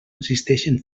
existeixen